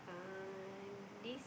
uh this